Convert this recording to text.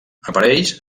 apareix